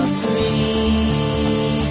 free